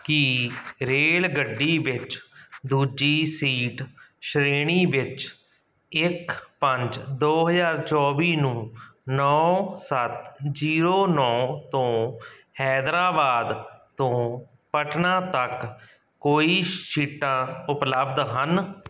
ਕੀ ਰੇਲਗੱਡੀ ਵਿੱਚ ਦੂਜੀ ਸੀਟ ਸ਼੍ਰੇਣੀ ਵਿੱਚ ਇੱਕ ਪੰਜ ਦੋ ਹਜ਼ਾਰ ਚੌਵੀ ਨੂੰ ਨੌਂ ਸੱਤ ਜ਼ੀਰੋ ਨੌਂ ਤੋਂ ਹੈਦਰਾਬਾਦ ਤੋਂ ਪਟਨਾ ਤੱਕ ਕੋਈ ਸੀਟਾਂ ਉਪਲਬਧ ਹਨ